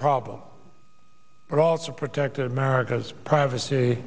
problems but also protect america's privacy